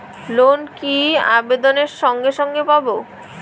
Loan কি আবেদনের সঙ্গে সঙ্গে পাব?